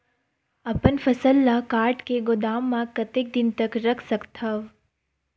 अपन फसल ल काट के गोदाम म कतेक दिन तक रख सकथव?